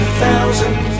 thousand